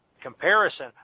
comparison